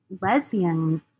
lesbian